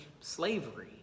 slavery